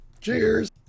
Cheers